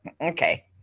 Okay